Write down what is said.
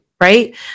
Right